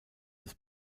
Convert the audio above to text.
des